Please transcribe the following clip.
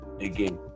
again